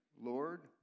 Lord